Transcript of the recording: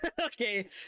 okay